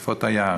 שרפות היער.